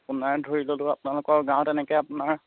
আপোনাৰ ধৰি ল'লোঁ আপোনালোকৰ গাঁৱত এনেকৈ আপোনাৰ